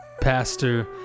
pastor